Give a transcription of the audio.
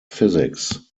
physics